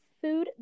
food